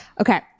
Okay